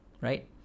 right